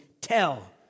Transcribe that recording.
tell